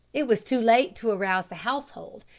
it was too late to arouse the household,